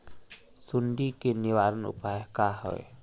सुंडी के निवारण उपाय का होए?